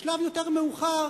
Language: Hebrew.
בשלב מאוחר יותר,